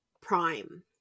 Prime